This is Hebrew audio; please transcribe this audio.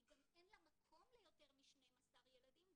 גם אין לה מקום ליותר מ-12 ילדים,